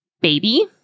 baby